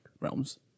realms